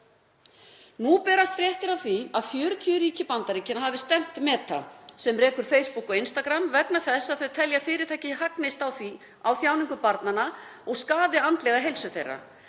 Nú berast fréttir af því að 40 ríki Bandaríkjanna hafi stefnt Meta, sem rekur Facebook og Instagram, vegna þess að þau telja að fyrirtækið hagnist á þjáningu barna og skaði andlega heilsu þeirra.